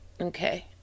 Okay